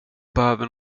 behöver